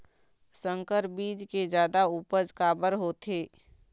संकर बीज के जादा उपज काबर होथे?